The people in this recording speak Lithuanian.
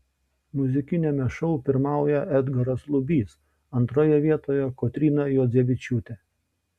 muzikiniame šou pirmauja edgaras lubys antroje vietoje kotryna juodzevičiūtė